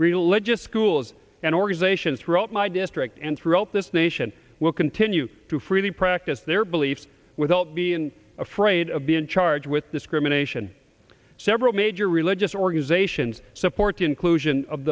religious schools and organizations throughout my district and throughout this nation will continue to freely practice their beliefs without being afraid of being charged with discrimination several major religious organizations support the inclusion of